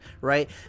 right